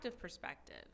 perspective